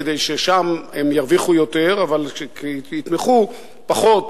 כדי ששם הם ירוויחו יותר אבל יתמכו פחות